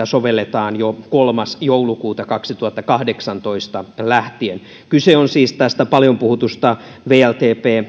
sovelletaan jo kolmas joulukuuta kaksituhattakahdeksantoista lähtien kyse on siis tästä paljon puhutusta wltp